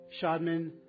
Shodman